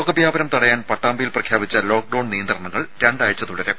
രോഗവ്യാപനം തടയാൻ പട്ടാമ്പിയിൽ പ്രഖ്യാപിച്ച ലോക്ക്ഡൌൺ നിയന്ത്രണങ്ങൾ രണ്ടാഴ്ച തുടരും